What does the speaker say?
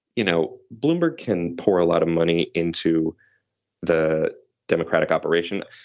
you know, bloomberg can pour a lot of money into the democratic operation.